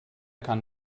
kann